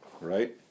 Right